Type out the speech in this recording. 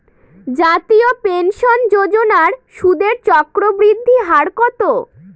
জাতীয় পেনশন যোজনার সুদের চক্রবৃদ্ধি হার কত?